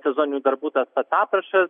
sezoninių darbų taip vat aprašas